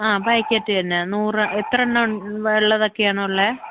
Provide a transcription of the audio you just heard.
ആ പാക്കറ്റ് തന്നെ നൂറ് എത്ര എണ്ണം ഉള്ളതൊക്കെ ആണുള്ളത്